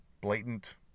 blatant